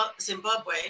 Zimbabwe